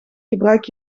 gebruik